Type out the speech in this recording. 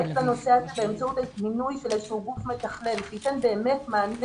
לנושא הזה באמצעות מינוי של איזשהו גוף מתכלל שייתן באמת מענה